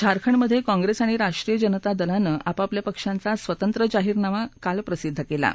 झारखंडमधे काँग्रेस आणि राष्ट्रीय जनता दलानं आपापल्या पक्षांचा स्वतंत्र जाहीरनामा प्रसिद्ध केला आहे